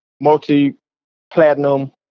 multi-platinum